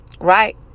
right